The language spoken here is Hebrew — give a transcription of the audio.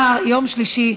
לחברים.